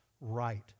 right